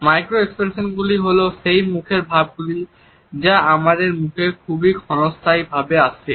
micro এক্সপ্রেশনগুলি হল সেই মুখের ভাবগুলি যা আমাদের মুখে খুব ক্ষণস্থায়ীভাবে আসে